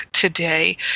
today